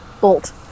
bolt